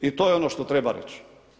I to je ono što treba reći.